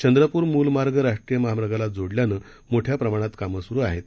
Chandrapur मूलमार्गराष्ट्रीयमहामार्गालाजोडल्यानंमोठ्याप्रमाणातकामंसुरूआहेत